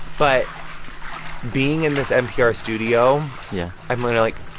but being in this npr studio, yeah i'm going to, like,